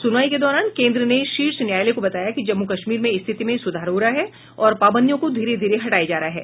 सुनवाई के दौरान केन्द्र ने शीर्ष न्यायालय को बताया कि जम्मू कश्मीर में स्थिति में सुधार हो रहा है और पाबंदियों को धीरे धीरे हटाया जा रहा है